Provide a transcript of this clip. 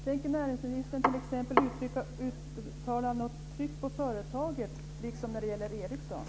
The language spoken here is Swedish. Tänker näringsministern uttala något tryck på företaget, liksom för Ericsson?